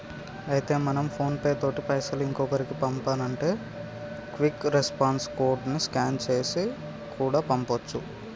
అయితే మనం PhonePe తోటి పైసలు ఇంకొకరికి పంపానంటే క్విక్ రెస్పాన్స్ కోడ్ ని స్కాన్ చేసి కూడా పంపొచ్చు